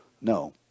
No